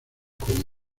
con